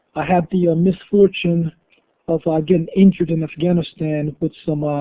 i had the ah misfortune of ah getting injured in afghanistan with some